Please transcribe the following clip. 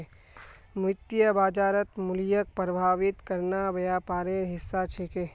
वित्तीय बाजारत मूल्यक प्रभावित करना व्यापारेर हिस्सा छिके